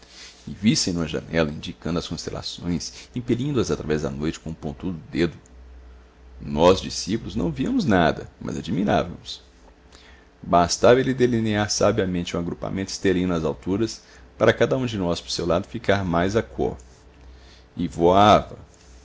e vissem no à janela indicando as constelações impelindo as através da noite com o pontudo dedo nós discípulos não víamos nada mas admirávamos bastava ele delinear sabiamente um agrupamento estelino às alturas para cada um de nós por seu lado ficar mais a quo e voava